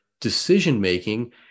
decision-making